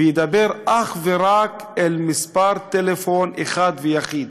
וידבר אך ורק אל מספר טלפון אחד ויחיד.